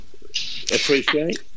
appreciate